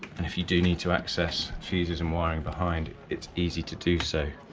and if you do need to access fuses and wiring behind it's easy to do so,